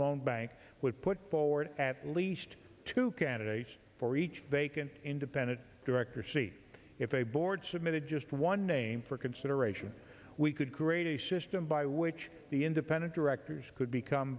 known bank would put forward at least two candidates for each vacant independent director see if a board submitted just one name for consideration we could create a system by which the independent directors could become